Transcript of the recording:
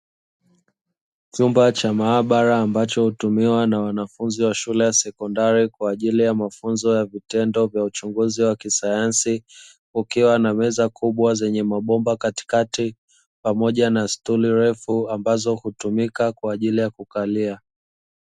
Chumba cha maabara ambacho hutumiwa na wanafunzi wa shule ya sekondari, kwa ajili ya mafunzo ya vitendo vya uchunguzi wa kisayansi; kukiwa na meza kubwa zenye mabomba katikati, pamoja stuli refu ambazo hutumika kwa ajili ya kukalia.